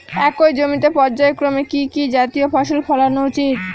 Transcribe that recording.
একই জমিতে পর্যায়ক্রমে কি কি জাতীয় ফসল ফলানো উচিৎ?